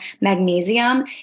magnesium